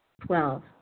Twelve